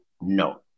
No